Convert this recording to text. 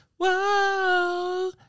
Whoa